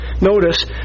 notice